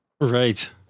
Right